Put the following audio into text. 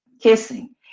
kissing